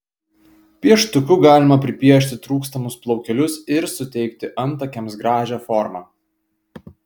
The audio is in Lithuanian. pieštuku galima pripiešti trūkstamus plaukelius ir suteikti antakiams gražią formą